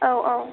औ औ